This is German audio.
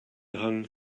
hang